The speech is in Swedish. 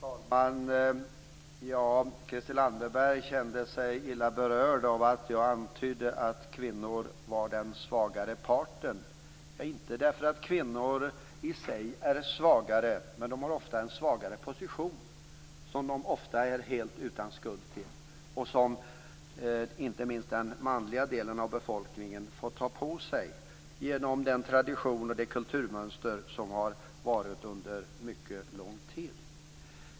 Fru talman! Christel Anderberg kände sig illa berörd av att jag antydde att kvinnor var den svagare parten. Det sade jag inte för att kvinnor i sig är svagare utan för att de ofta har en svagare position som de är helt utan skuld till och som inte minst den manliga delen av befolkningen får ta på sig ansvaret för genom den tradition och det kulturmönster som har varit under mycket lång tid.